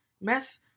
Mess